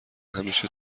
همیشه